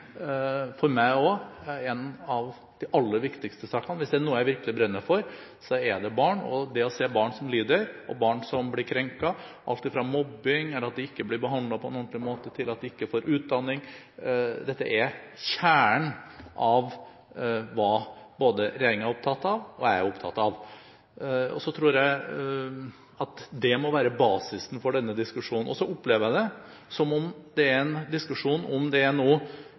for barns rettigheter både ute og hjemme. Dette er også for meg en av de aller viktigste sakene. Hvis det er noe jeg virkelig brenner for, er det barn. Barn som lider, barn som blir krenket – alt fra mobbing eller at de ikke blir behandlet på en ordentlig måte, til at de ikke får utdanning – er kjernen av hva både regjeringen og jeg er opptatt av. Jeg tror det må være basisen for denne diskusjonen. Så opplever jeg det som at det er en diskusjon om